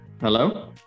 Hello